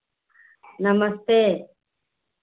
नमस्ते